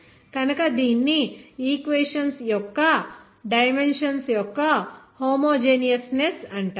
కనుక దీనిని ఈక్వేషన్ యొక్క డైమెన్షన్స్ యొక్క హోమోజేనేయస్ నెస్ అంటారు